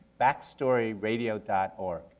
BackstoryRadio.org